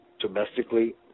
domestically